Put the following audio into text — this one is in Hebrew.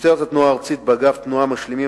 משטרת התנועה הארצית באגף התנועה משלימה